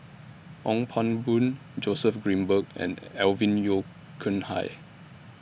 Ong Pang Boon Joseph Grimberg and Alvin Yeo Khirn Hai